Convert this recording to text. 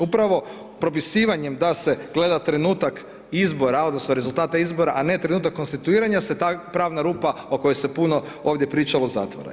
Upravo propisivanjem da se gleda trenutak izbora odnosno rezultata izbora, a ne trenutak konstituiranja, se ta pravna rupa o kojoj se puno ovdje pričalo, zatvara.